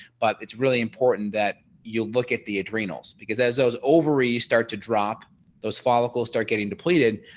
but it's really important that you'll look at the adrenals, because as those ovaries start to drop those follicles start getting depleted,